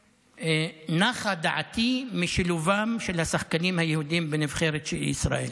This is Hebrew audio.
נחה דעתי משילובים של השחקנים היהודים בנבחרת של ישראל.